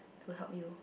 to help you